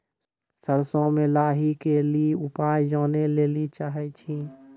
सरसों मे लाही के ली उपाय जाने लैली चाहे छी?